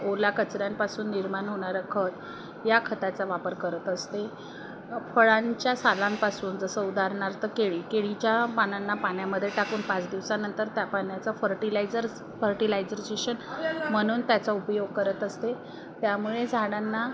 ओला कचऱ्यांपासून निर्माण होणारं खत या खताचा वापर करत असते फळांच्या सालांपासून जसं उदाहरणार्थ केळी केळीच्या पानांना पाण्यामध्ये टाकून पाच दिवसानंतर त्या पाण्याचा फर्टिलायझर्स फर्टिलायझर्जेशन म्हणून त्याचा उपयोग करत असते त्यामुळे झाडांना